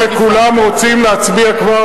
היות שכולם רוצים להצביע כבר,